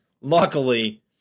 Luckily